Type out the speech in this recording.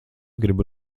gribu